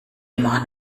mann